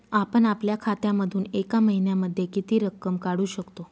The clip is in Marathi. आपण आपल्या खात्यामधून एका महिन्यामधे किती रक्कम काढू शकतो?